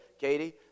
Katie